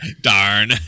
darn